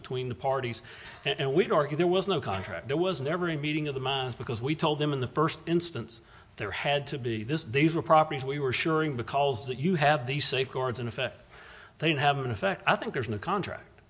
between the parties and we argue there was no contract there was never a meeting of the minds because we told them in the first instance there had to be this days or properties we were sure in because that you have the safeguards in effect they can have an effect i think there's no contract